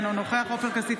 אינו נוכח עופר כסיף,